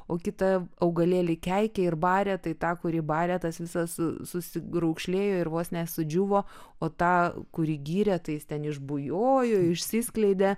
o kitą augalėlį keikė ir barė tai tą kurį barė tas visas susiraukšlėjo ir vos nesudžiūvo o tą kurį gyrė tai jis ten išbujojo išsiskleidė